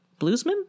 Bluesman